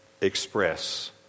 express